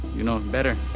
you know, better.